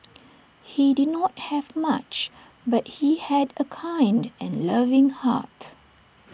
he did not have much but he had A kind and loving heart